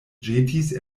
ĵetis